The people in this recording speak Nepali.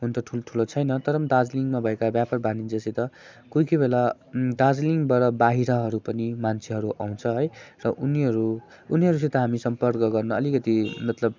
हुनु त ठुल्ठुलो छैन तर पनि दार्जिलिङमा भएका व्यापार वाणिज्यसित कोही कोही बेला दार्जिलिङबाट बाहिरहरू पनि मान्छेहरू आउँछ है र उनीहरू उनीहरूसित हामी सम्पर्क गर्न अलिकति मतलब